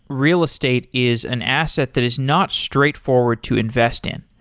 real estate is an asset that is not straightforward to invest in.